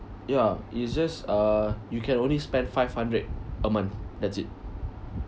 ya it's just uh you can only spend five hundred a month that's it